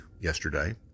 yesterday